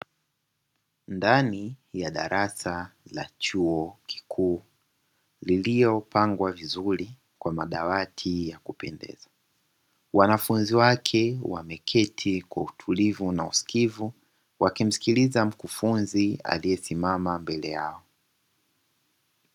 Ndani ya darasa la chuo kikuu lililopangwa vizuri kwa madawati ya kupendeza, wanafunzi wake wameketi kwa utulivu na usikivu wakimsikiliza mkufunzi aliyesimama mbele yao.